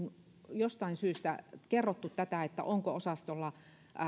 jostain syystä kerrottu tätä onko osastolla